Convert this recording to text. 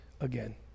again